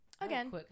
Again